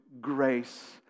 grace